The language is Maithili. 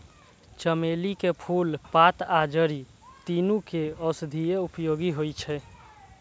चमेली के फूल, पात आ जड़ि, तीनू के औषधीय उपयोग होइ छै